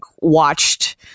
watched